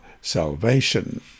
salvation